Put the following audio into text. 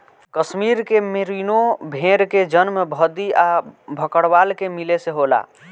कश्मीर के मेरीनो भेड़ के जन्म भद्दी आ भकरवाल के मिले से होला